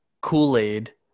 kool-aid